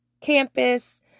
campus